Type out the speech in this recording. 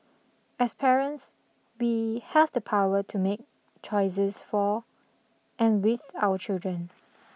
as parents we have the power to make choices for and with our children